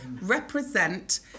represent